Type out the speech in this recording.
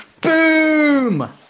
Boom